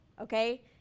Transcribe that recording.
okay